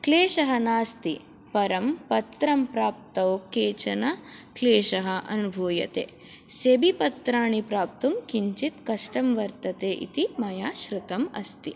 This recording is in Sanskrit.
क्लेश नास्ति परं पत्रं प्राप्तौ केचन क्लेशाः अनुभूयते सेबी पत्राणि प्राप्तुं किञ्चित् कष्टं वर्तते इति मया श्रुतम् अस्ति